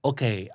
Okay